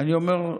אני אומר,